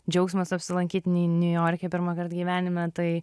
džiaugsmas apsilankyt niujorke pirmąkart gyvenime tai